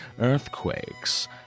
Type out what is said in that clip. earthquakes